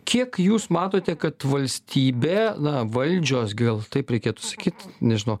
kiek jūs matote kad valstybė na valdžios gal taip reikėtų sakyt nežinau